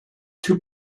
two